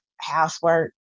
housework